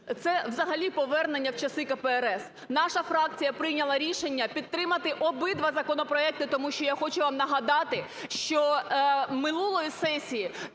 це взагалі повернення в часи КПРС. Наша фракція прийняла рішення підтримати обидва законопроекти. Тому що, я хочу вам нагадати, що минулої сесії